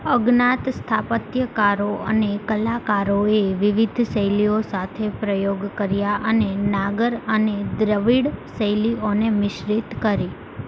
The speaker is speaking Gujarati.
અજ્ઞાત સ્થાપત્યકારો અને કલાકારોએ વિવિધ શૈલીઓ સાથે પ્રયોગ કર્યા અને નાગર અને દ્રવિડ શૈલીઓને મિશ્રિત કરી